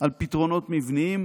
על פתרונות מבניים